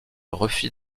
refit